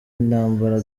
intambara